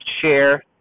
share